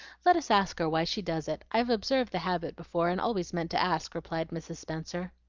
let us ask her why she does it. i've observed the habit before, and always meant to ask, replied mrs. spenser.